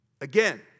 Again